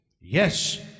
Yes